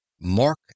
mark